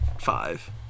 five